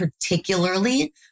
particularly